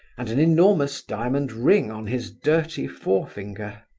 and an enormous diamond ring on his dirty forefinger.